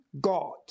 God